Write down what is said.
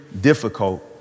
difficult